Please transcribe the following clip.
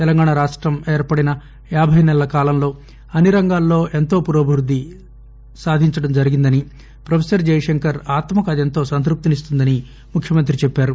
తెలంగాణ రాష్టం ఏర్పడిన యాబై నెలల కాలంలో అన్ని రంగాల్లోనూ ఎంతో పురోభివృద్ధి సాధించిందని ప్రొఫెసర్ జయశంకర్ ఆత్మకు అదెంతో సంతృప్తినిస్తుందని ముఖ్యమంత్రి చెప్పారు